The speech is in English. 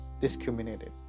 discriminated